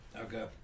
Okay